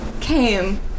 came